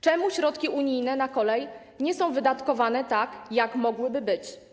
Czemu środki unijne na kolej nie są wydatkowane tak, jak mogłyby być?